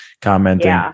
commenting